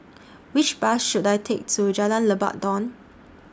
Which Bus should I Take to Jalan Lebat Daun